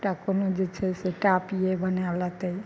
एकटा कोनो जे छै से टापिये बना लेतै